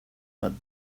but